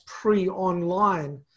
pre-online